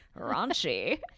raunchy